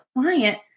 client